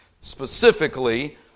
specifically